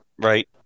Right